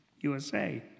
USA